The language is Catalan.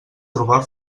trobar